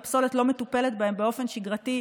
שהפסולת לא מטופלת בהם באופן שגרתי.